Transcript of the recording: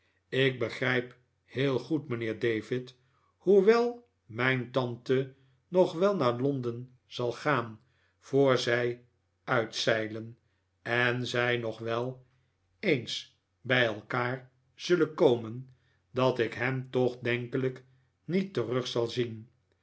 ik begrijp heel goed mijnheer david hoewel mijn tante nog wel naar londen zal gaan voor zij uitzeilen en zij nog wel eens bij elkaar zullen komen dat ik hem toch denkelijk niet terug zal zien